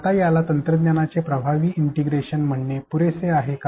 आता याला तंत्रज्ञानाचे प्रभावी इंटिग्रेशन म्हणणे पुरेसे आहे का